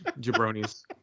Jabroni's